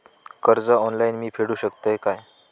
कर्ज ऑनलाइन मी फेडूक शकतय काय?